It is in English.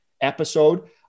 episode